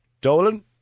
Dolan